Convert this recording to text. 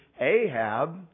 Ahab